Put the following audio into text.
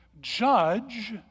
judge